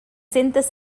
centes